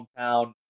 hometown